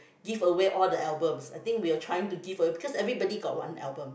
give away all the albums I think we are trying to give away cause everybody got one album